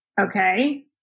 Okay